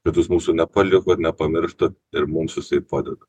kad jūs mūsų nepalikot nepamirštat ir mums visai padedat